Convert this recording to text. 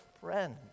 friends